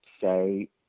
say